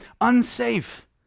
unsafe